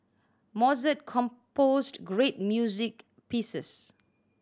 Mozart composed great music pieces